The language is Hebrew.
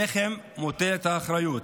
עליכם מוטלת האחריות.